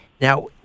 Now